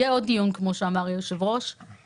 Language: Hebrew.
כמו שאמר היושב ראש יהיה עוד דיון.